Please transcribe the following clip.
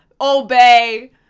Obey